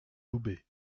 loubet